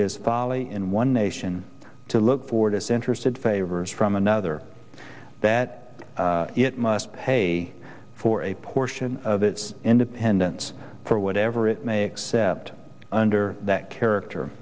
is folly in one nation to look for disinterested favors from another that it must pay for a portion of its independence for whatever it may accept under that character